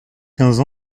quinze